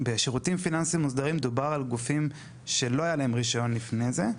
בשירותים פיננסים מוסדרים דובר על גופים שלא היה להם רישיון לפני זה,